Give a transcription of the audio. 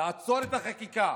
תעצור את החקיקה,